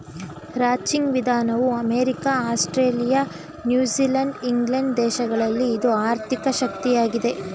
ranching ವಿಧಾನವು America, Australia, New Zealand England ದೇಶಗಳಲ್ಲಿ ಇದು ಆರ್ಥಿಕ ಶಕ್ತಿಯಾಗಿದೆ